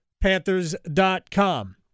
Panthers.com